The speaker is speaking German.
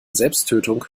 selbsttötung